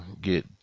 get